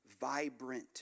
vibrant